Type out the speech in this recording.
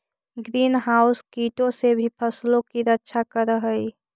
green house कीटों से भी फसलों की रक्षा करअ हई